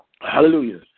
Hallelujah